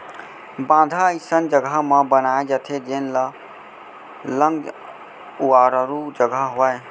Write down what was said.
बांधा अइसन जघा म बनाए जाथे जेन लंग उरारू जघा होवय